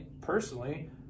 personally